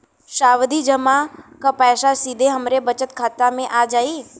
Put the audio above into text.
सावधि जमा क पैसा सीधे हमरे बचत खाता मे आ जाई?